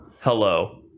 hello